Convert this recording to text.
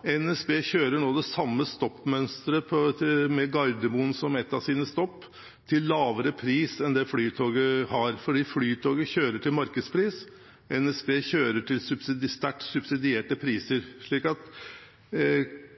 NSB kjører nå det samme stoppmønsteret, med Gardermoen som et av sine stopp, til lavere pris enn Flytoget, fordi Flytoget kjører til markedspris, og NSB kjører til sterkt subsidierte priser. En reise med Flytoget fra Oslo til Gardermoen koster 170 kr, mens den med NSB koster 90 kr. Det Flytoget